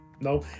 No